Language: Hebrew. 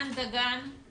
אין שום הדבקות